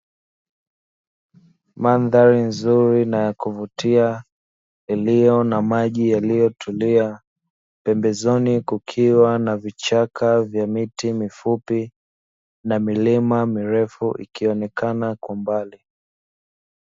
Mandari nzuri na yakuvutia, iliyo na maji yaliyotulia, pembezoni kukiwa na vichaka vya miti mifupi na milima mirefu ikionekana kwa mbali.